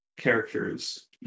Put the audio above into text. characters